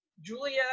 julia